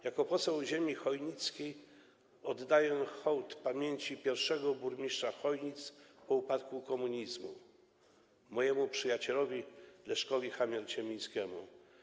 Jako poseł ziemi chojnickiej oddaję hołd pamięci pierwszego burmistrza Chojnic po upadku komunizmu, mojego przyjaciela - Leszka Chamier-Ciemińskiego.